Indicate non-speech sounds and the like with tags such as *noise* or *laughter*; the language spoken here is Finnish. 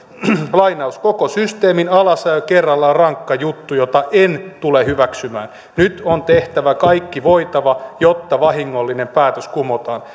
kerron koko systeemin alasajo kerralla on rankka juttu jota en tule hyväksymään nyt on tehtävä kaikki voitava jotta vahingollinen päätös kumotaan *unintelligible*